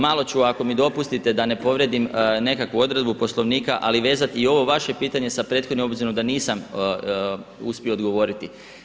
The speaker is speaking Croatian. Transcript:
Malo ću ako mi dopustite da ne povrijedim nekakvu odredbu Poslovnika ali vezati i ovo vaše pitanje sa prethodnim obzirom da nisam uspio odgovoriti.